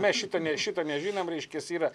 mes šito ne šito nežinom reiškias yra